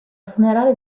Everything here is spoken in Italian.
funerale